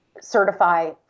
certify